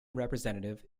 representative